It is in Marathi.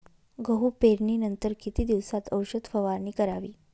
गहू पेरणीनंतर किती दिवसात औषध फवारणी करावी?